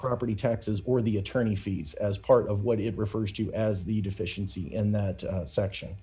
property taxes or the attorney fees as part of what it refers to as the deficiency in that section